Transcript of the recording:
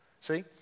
See